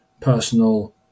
personal